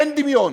אין דמיון